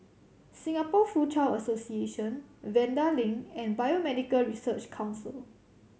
Singapore Foochow Association Vanda Link and Biomedical Research Council